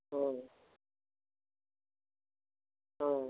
হয়নি অঁ